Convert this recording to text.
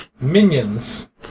Minions